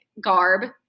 garb